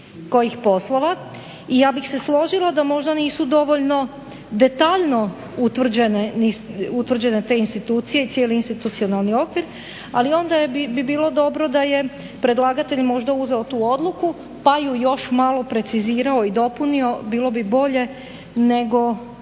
kojih poslova i ja bih se složila da možda nisu dovoljno detaljno utvrđene te institucije i cijeli institucionalni okvir, ali onda bi bilo dobro da je predlagatelj možda uzeo tu odluku pa ju još malo precizirao i dopunio. Bilo bi bolje nego